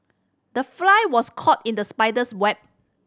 the fly was caught in the spider's web